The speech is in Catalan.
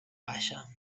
baixa